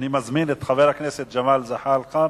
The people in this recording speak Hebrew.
אני מזמין את חבר הכנסת ג'מאל זחאלקה,